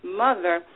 mother